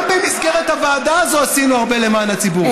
גם במסגרת הוועדה הזו עשינו הרבה למען הציבור.